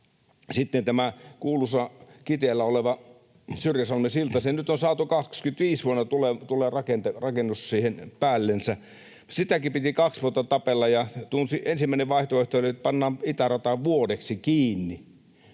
Sitten tämä kuuluisa Kiteellä oleva Syrjäsalmen silta. Se nyt on saatu, vuonna 25 tulee rakennus siihen päälle. Siitäkin piti kaksi vuotta tapella. Ensimmäinen vaihtoehto oli, että pannaan itärata vuodeksi kiinni.